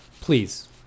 please